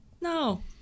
No